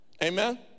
Amen